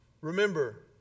Remember